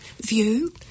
view